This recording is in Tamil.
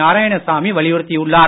நாராயணசாமி வலியுறுத்தியுள்ளார்